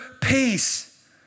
peace